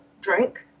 drink